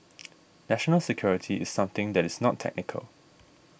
national security is something that is not technical